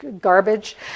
garbage